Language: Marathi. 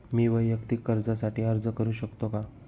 मी वैयक्तिक कर्जासाठी अर्ज करू शकतो का?